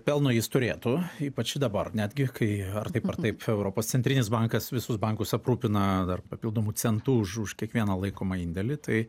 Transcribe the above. pelno jis turėtų ypač dabar netgi kai ar taip ar taip europos centrinis bankas visus bankus aprūpiną dar papildomu centu už už kiekvieną laikomą indėlį tai